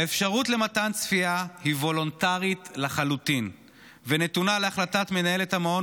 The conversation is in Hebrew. האפשרות למתן צפייה היא וולונטרית לחלוטין ונתונה להחלטת מנהלת המעון,